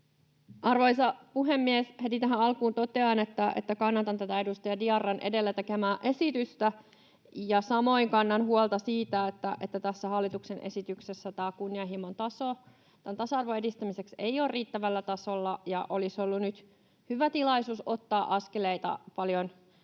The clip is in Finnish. Arvoisa puhemies! Heti tähän alkuun totean, että kannatan edustaja Diarran edellä tekemää esitystä. Samoin kannan huolta siitä, että tässä hallituksen esityksessä kunnianhimon taso tasa-arvon edistämiseksi ei ole riittävällä tasolla. Olisi ollut hyvä tilaisuus ottaa paljon suurempia